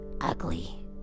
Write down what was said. ugly